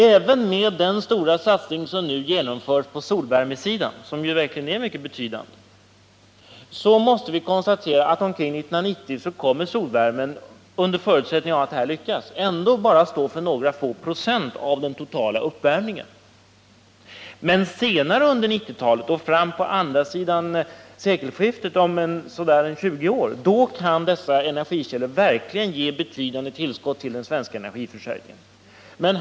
Även med den stora satsning som nu görs på solvärmesidan — och den är verkligen betydande — måste vi konstatera att solvärmen omkring år 1990, under förutsättning att den här satsningen lyckas, ändå bara kommer att stå för några få procent av den totala uppvärmningen. Men senare under 1990-talet och fram på andra sidan om sekelskiftet, dvs. om ca 20 år, kan dessa energikällor verkligen ge betydande tillskott till den svenska energiförsörjningen.